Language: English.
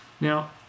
Now